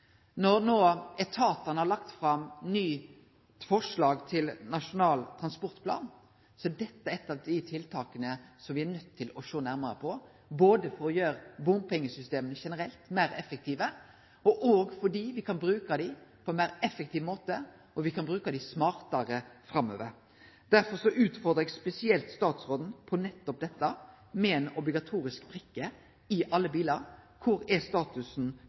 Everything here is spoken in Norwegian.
Når etatane no har lagt fram nytt forslag til Nasjonal transportplan, er dette eit av dei tiltaka som me er nøydde til å sjå nærare på, både for å gjere bompengesystema generelt meir effektive, for å bruke dei på ein meir effektiv måte, og for å bruke dei smartare framover. Derfor utfordrar eg spesielt statsråden på nettopp dette med ei obligatorisk brikke i alle bilar. Korleis er statusen